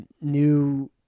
New